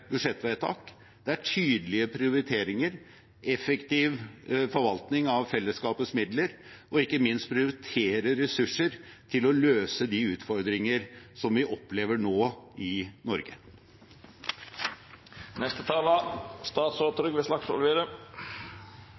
effektiv forvaltning av fellesskapets midler og ikke minst å prioritere ressurser til å løse de utfordringene som vi opplever nå i